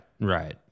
right